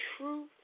truth